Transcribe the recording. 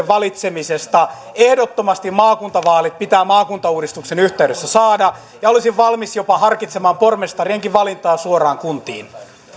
valitsemisesta ehdottomasti maakuntavaalit pitää maakuntauudistuksen yhteydessä saada ja olisin valmis jopa harkitsemaan pormestarienkin valintaa suoraan kuntiin